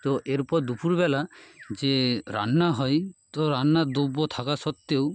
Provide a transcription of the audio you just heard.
তো এরপর দুপুরবেলা যে রান্না হয় তো রান্নার দ্রব্য থাকা সত্ত্বেও